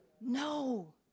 No